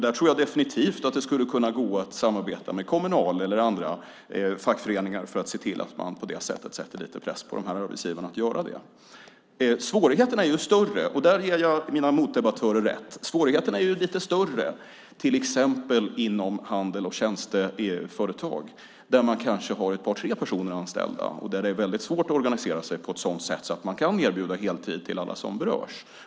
Där tror jag definitivt att det skulle kunna gå att samarbeta med Kommunal eller andra fackföreningar för att se till att på det sättet sätta lite press på arbetsgivarna. Svårigheterna är lite större till exempel inom handels och tjänsteföretag där man kanske har ett par tre personer anställda. Där ger jag mina motdebattörer rätt. Där är det svårt att organisera sig på ett sådant sätt att man kan erbjuda heltid till alla som berörs.